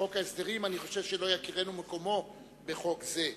בחוק ההסדרים, אני חושב שמקומו לא יכירנו בחוק זה.